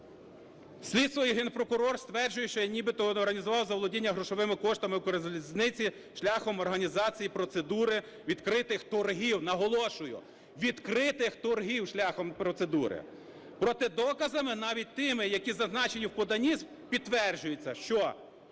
Слідство і Генпрокурор стверджують, що я нібито організував заволодіння грошовими коштами "Укрзалізниці" шляхом організації процедури відкритих торгів. Наголошую: відкритих торгів шляхом процедури! Проте доказами навіть тими, які зазначаються у поданні, підтверджується, що